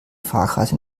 fahrkarte